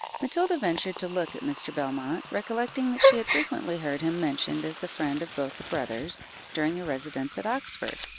matilda ventured to look at mr. belmont, recollecting that she had frequently heard him mentioned as the friend of both the brothers during their residence at oxford,